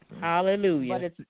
Hallelujah